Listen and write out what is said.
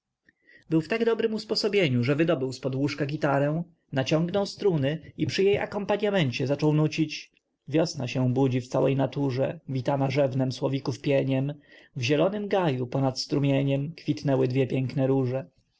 był w tak dobrym usposobieniu że wydobył zpod łóżka gitarę naciągnął struny i przy jej akompaniamencie zaczął nucić wiosna się budzi w całej naturze witana rzewnem słowików pieniem w zielonym gaju ponad strumieniem kwitnęły dwie piękne róże